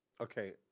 Okay